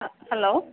ஆ hello